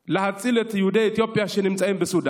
להציל את יהודי אתיופיה שנמצאים בסודאן,